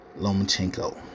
Lomachenko